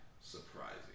surprising